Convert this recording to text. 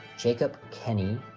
jacob kenny,